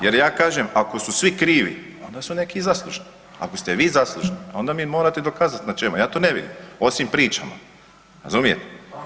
Jer ja kažem ako su svi krivi onda su neki i zaslužni, ako ste vi zaslužni onda mi morate dokazati na čemu, ja to ne vidim osim pričama, razumijete.